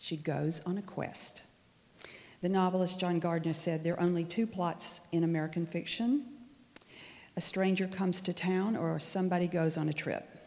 she goes on a quest the novelist john gardner said there are only two plots in american fiction a stranger comes to town or somebody goes on a trip